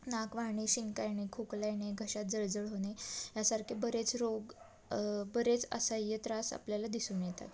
नाक वाहणे शिंका येणे खोकल्याने घशात जळजळ होणे यासारखे बरेच रोग बरेच असह्य त्रास आपल्याला दिसून येतात